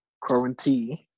quarantine